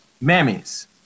mammies